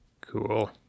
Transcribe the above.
Cool